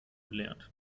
gelernt